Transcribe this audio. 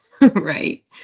right